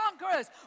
conquerors